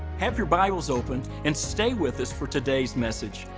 have your bibles opened and stay with us for today's message.